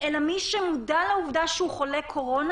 אלא מי שמודע לעובדה שהוא חולה קורונה